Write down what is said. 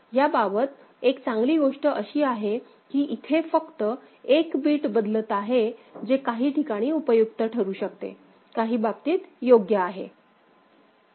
याबाबत एक चांगली गोष्ट अशी आहे की इथे फक्त एक बिट बदलत आहे जे काही ठिकाणी उपयुक्त ठरू शकते काही बाबतीत योग्य आहे